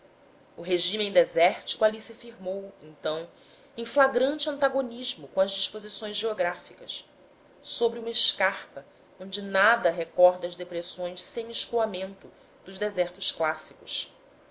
o regime desértico ali se firmou então em flagrante antagonismo com as disposições geográficas sobre uma escarpa onde nada recorda as depressões sem escoamento dos desertos clássicos